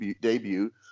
debut